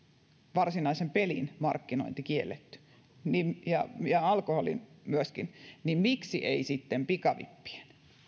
varsinaisen pelin markkinointi kielletty ja ja alkoholin myöskin niin miksi ei sitten pikavippien